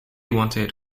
wanted